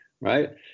right